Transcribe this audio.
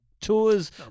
tours